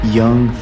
young